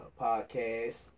Podcast